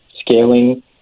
scaling